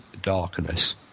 darkness